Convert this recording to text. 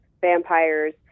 vampires